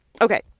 okay